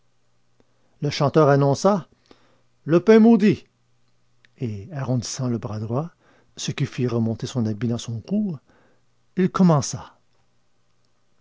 le chanteur annonça le pain maudit et arrondissant le bras droit ce qui fit remonter son habit dans son cou il commença